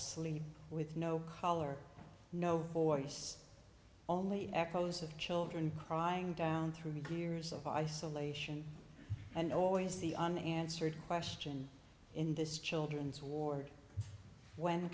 sleep with no collar no voice only echoes of children crying down through grew years of isolation and always the on answered question in this children's ward when